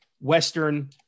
Western